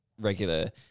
regular